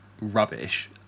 rubbish